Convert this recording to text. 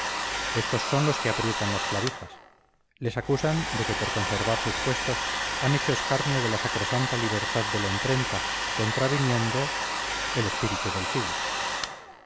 estos son los que aprietan las clavijas les acusan de que por conservar sus puestos han hecho escarnio de la sacrosanta libertad de la imprenta contraviniendo el espíritu del siglo